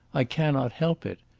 i cannot help it.